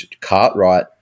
Cartwright